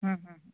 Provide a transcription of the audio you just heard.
হুম হুম হুম